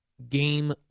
Game